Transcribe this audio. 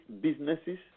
businesses